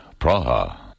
Praha